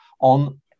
on